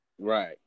Right